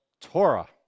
Torah